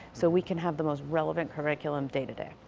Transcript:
so we can have the most relevant curriculum day-to-day.